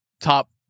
top